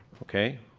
okay.